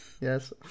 Yes